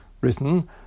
written